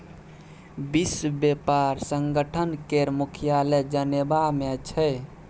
विश्व बेपार संगठन केर मुख्यालय जेनेबा मे छै